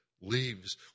leaves